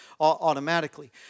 automatically